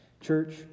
Church